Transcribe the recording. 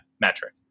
metric